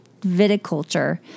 viticulture